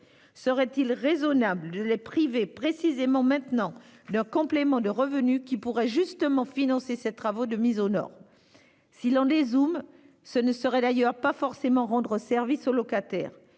Serait-il raisonnable de les priver, précisément maintenant, d'un complément de revenu qui pourrait justement financer ces travaux de mise aux normes ? Dans une perspective plus large, ce ne serait d'ailleurs pas forcément rendre service aux locataires